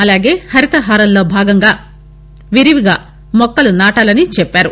అలాగే హరితహారంలో భాగంగా విడవిగా మొక్కలు నాటాలని చెప్పారు